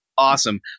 Awesome